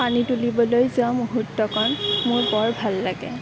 পানী তুলিবলৈ যোৱা মুহূৰ্তকণ মোৰ বৰ ভাল লাগে